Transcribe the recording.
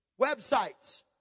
websites